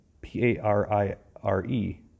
P-A-R-I-R-E